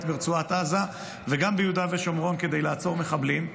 ברצועת עזה וגם ביהודה ושומרון כדי לעצור מחבלים,